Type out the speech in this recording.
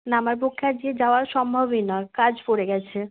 না আমার পক্ষে আজকে যাওয়া সম্ভবই নয় কাজ পড়ে গেছে